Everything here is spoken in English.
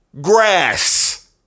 grass